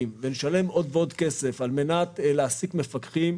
ונשלם עוד ועוד כסף על מנת להעסיק מפקחים,